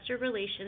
Relations